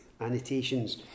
annotations